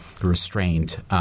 restrained